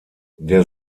der